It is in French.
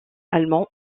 allemands